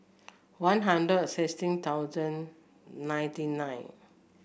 One Hundred sixteen thousand ninety nine